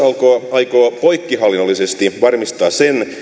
aikoo poikkihallinnollisesti varmistaa sen